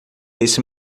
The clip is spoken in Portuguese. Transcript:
esse